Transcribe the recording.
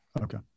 Okay